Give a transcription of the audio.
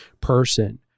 person